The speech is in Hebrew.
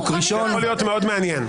זה יכול להיות מאוד מעניין.